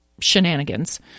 shenanigans